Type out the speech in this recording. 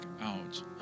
out